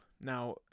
Now